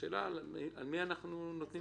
השאלה היא על מי אנחנו מסתכלים.